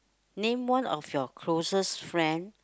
name one of your closest friend